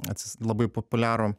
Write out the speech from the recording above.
atsis labai populiarų